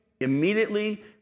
immediately